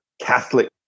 Catholic